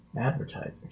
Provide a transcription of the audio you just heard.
Advertisers